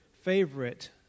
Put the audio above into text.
favorite